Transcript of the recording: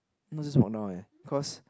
not just walk down eh cause